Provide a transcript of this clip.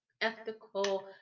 ethical